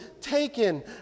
taken